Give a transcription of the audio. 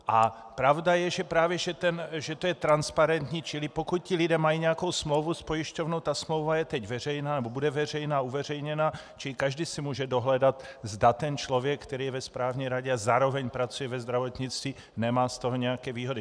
A pravda je, že právě že to je transparentní, čili pokud ti lidé mají nějakou smlouvu s pojišťovnou, ta smlouva je teď veřejná, nebo bude veřejná, uveřejněna, čili každý si může dohledat, zda ten člověk, který je ve správní radě a zároveň pracuje ve zdravotnictví, nemá z toho nějaké výhody.